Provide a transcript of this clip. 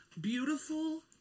beautiful